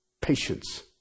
patience